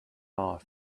off